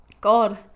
god